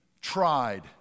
tried